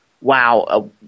wow